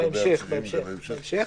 לגבי העצירים --- בהמשך.